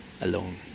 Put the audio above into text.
alone